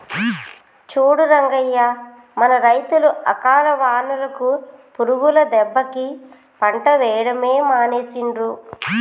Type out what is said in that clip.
చూడు రంగయ్య మన రైతులు అకాల వానలకు పురుగుల దెబ్బకి పంట వేయడమే మానేసిండ్రు